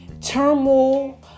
turmoil